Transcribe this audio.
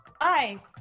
Hi